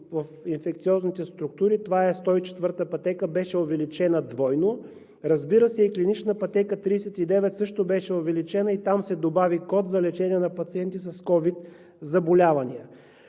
в инфекциозните структури – това е 104 пътека, беше увеличена двойно; разбира се, и клинична пътека 39 беше увеличена, и там се добави код за лечение на пациенти с COVID заболявания.